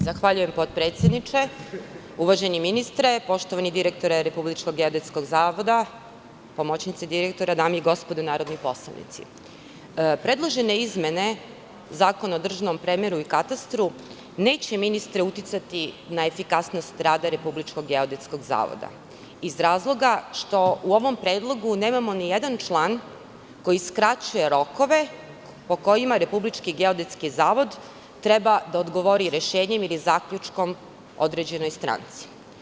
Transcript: Zahvaljujem potpredsedniče, uvaženi ministre, poštovani direktore RGZ, pomoćnici direktora, dame i gospodo narodni poslanici, predložene izmene Zakona o državnom premeru i katastru neće, ministre, uticati na efikasnost rada RGZ, iz razloga što u ovom predlogu nemamo ni jedan član koji skraćuje rokove po kojima RGZ treba da odgovori rešenjem ili zaključkom određenoj stranci.